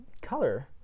color